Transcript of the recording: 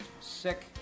sick